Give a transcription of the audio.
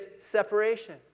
separation